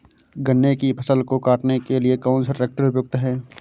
गन्ने की फसल को काटने के लिए कौन सा ट्रैक्टर उपयुक्त है?